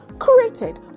created